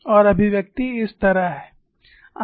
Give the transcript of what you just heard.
और अभिव्यक्ति इस तरह हैं